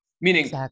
Meaning